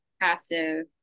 passive